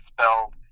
spelled